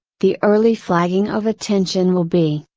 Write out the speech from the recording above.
the early flagging of attention will be,